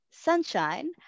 Sunshine